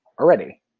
already